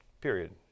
Period